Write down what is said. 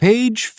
Page